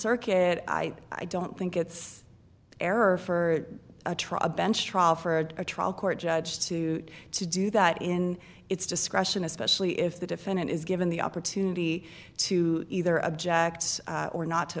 circuit i i don't think it's error for a tribe and trial for a trial court judge to to do that in its discretion especially if the defendant is given the opportunity to either objects or not